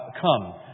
come